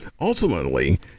Ultimately